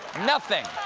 nothing,